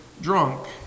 drunk